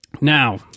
Now